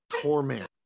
torment